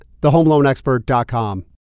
thehomeloanexpert.com